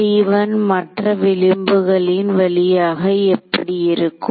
T1 மற்ற விளிம்புகளின் வழியாக எப்படி இருக்கும்